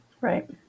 right